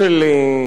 יותר צדק,